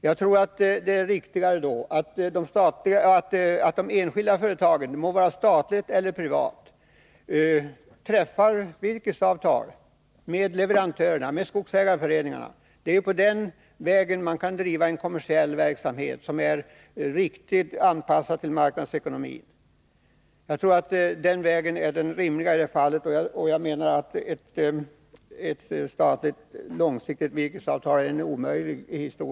Jag tror att det är riktigare att de enskilda företagen — de må vara statliga eller privata — träffar virkesavtal med leverantörerna, med skogsägareföreningarna. Det är på den vägen som man kan driva en kommersiell verksamhet, riktigt anpassad till marknadsekonomin. Jag tror att den vägen är rimligare, och jag menar att ett statligt långsiktigt virkesavtal är en omöjlighet.